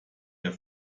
der